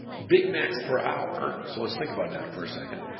big macs per hour, so let's think about that for a second.